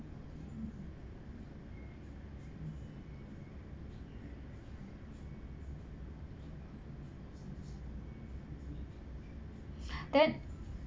then